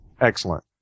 Excellent